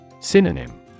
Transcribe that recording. Synonym